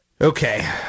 Okay